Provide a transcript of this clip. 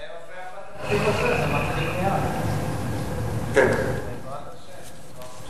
זה מופיע בתקציב הזה, בעזרת השם.